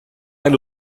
ein